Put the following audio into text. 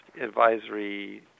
advisory